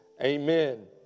Amen